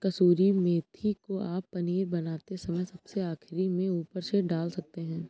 कसूरी मेथी को आप पनीर बनाते समय सबसे आखिरी में ऊपर से डाल सकते हैं